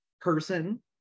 person